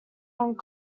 hong